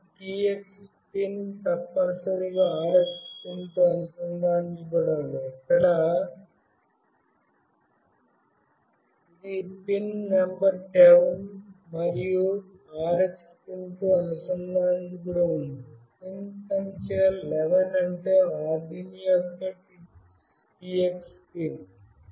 కాబట్టి TX pin తప్పనిసరిగా RX పిన్తో అనుసంధానించబడి ఉండాలి ఇక్కడ ఇది పిన్ నంబర్ 10 మరియు RX పిన్తో అనుసంధానించబడి ఉంది పిన్ సంఖ్య 11 అంటే Arduino యొక్క TX పిన్